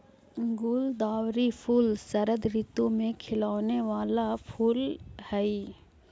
गुलदावरी फूल शरद ऋतु में खिलौने वाला फूल हई